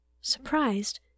Surprised